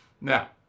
Now